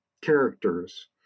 characters